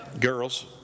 Girls